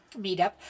Meetup